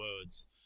words